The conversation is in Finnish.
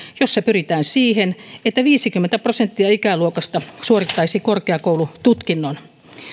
jossa pyritään siihen että viisikymmentä prosenttia ikäluokasta suorittaisi korkeakoulututkinnon